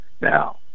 Now